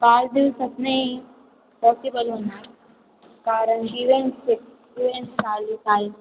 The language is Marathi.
चार दिवसात नाही पॉसिबल होणार कारण इवेहेंट्स इवेंट चालू आहे